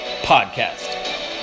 podcast